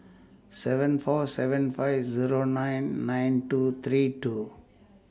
seven four seven five Zero nine nine two three two